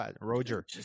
Roger